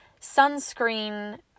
sunscreen